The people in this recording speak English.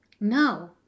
No